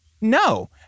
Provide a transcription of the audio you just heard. No